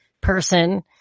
person